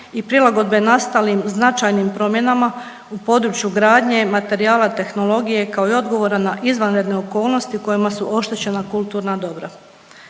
i prilagodbe nastalim značajnim promjenama u području gradnje, materijala, tehnologije, kako i odgovora na izvanredne okolnosti u kojima su oštećena kulturna dobra.